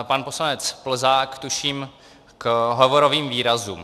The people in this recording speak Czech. Pan poslanec Plzák, tuším, k hovorovým výrazům.